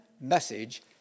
message